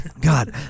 God